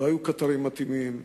לא היו קטרים מתאימים,